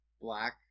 black